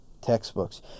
textbooks